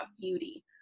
beauty